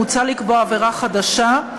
מוצע לקבוע עבירה חדשה,